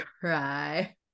cry